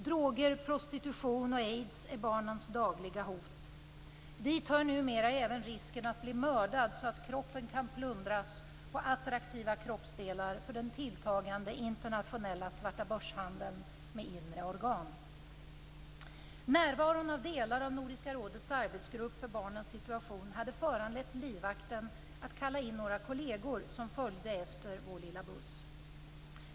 Droger, prostitution och aids är barnens dagliga hot. Dit hör numera även risken att bli mördad så att kroppen kan plundras på attraktiva kroppsdelar för den tilltagande internationella svartabörshandeln med inre organ. Närvaron av delar av Nordiska rådets arbetsgrupp för barnens situation hade föranlett livvakten att kalla in några kolleger som följde efter vår lilla buss.